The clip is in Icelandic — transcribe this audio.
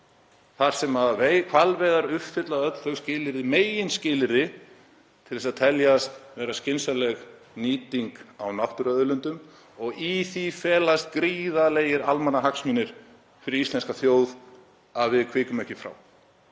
þar sem hvalveiðar uppfylla öll þau meginskilyrði til að teljast vera skynsamleg nýting á náttúruauðlindum og í því felast gríðarlegir almannahagsmunir fyrir íslenska þjóð að við hvikum ekki frá